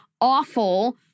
awful